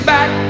Back